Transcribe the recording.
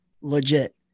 legit